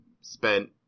spent